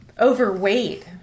overweight